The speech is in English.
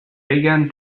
began